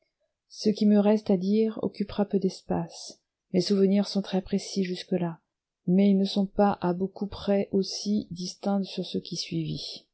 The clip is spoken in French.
ce qui me reste à dire occupera peu d'espace mes souvenirs sont très précis jusque là mais ils ne sont pas à beaucoup près aussi distincts sur ce qui suivit